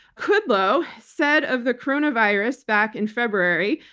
kudlow said of the coronavirus back in february,